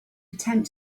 attempt